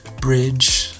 bridge